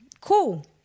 Cool